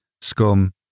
Scum